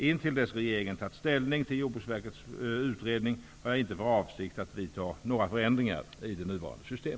Intill dess regeringen tagit ställning till Jordbruksverkets utredning har jag inte för avsikt att vidta några förändringar i nuvarande system.